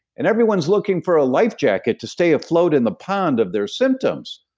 and everyone's looking for a life jacket to stay afloat in the pond of their symptoms,